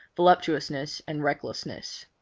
voluptuousness and recklessness.